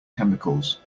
chemicals